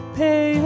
pay